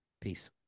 Peace